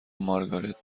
مارگارت